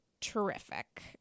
terrific